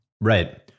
Right